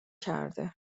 کرده